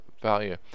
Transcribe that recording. value